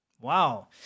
Wow